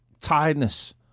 tiredness